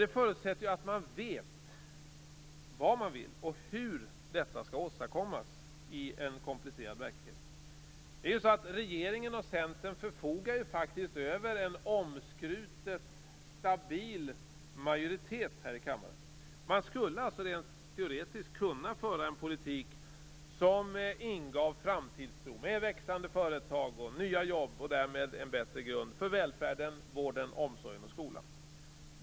Det förutsätter att man vet vad man vill och hur detta skall åstadkommas i en komplicerad verklighet. Regeringen och Centern förfogar faktiskt över en omskrutet stabil majoritet här i kammaren. Man skulle alltså rent teoretiskt kunna föra en politik som ingav framtidstro, med växande företag, nya jobb och därmed bättre grund för välfärden, vården, omsorgen och skolan.